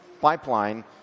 pipeline